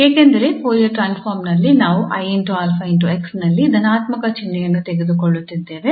ಏಕೆಂದರೆ Fourier transform ನಲ್ಲಿ ನಾವು 𝑖𝛼𝑥 ನಲ್ಲಿ ಧನಾತ್ಮಕ ಚಿಹ್ನೆಯನ್ನು ತೆಗೆದುಕೊಳ್ಳುತ್ತಿದ್ದೇವೆ